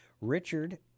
richard